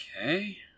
okay